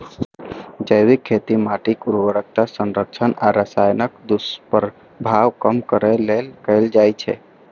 जैविक खेती माटिक उर्वरता संरक्षण आ रसायनक दुष्प्रभाव कम करै लेल कैल जाइ छै